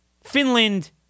Finland